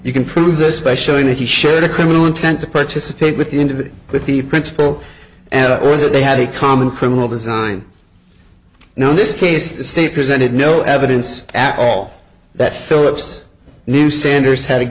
you can prove this by showing that he shared a criminal intent to participate with the end of it with the principal and or they had a common criminal design no this case the state presented no evidence at all that phillips knew sanders had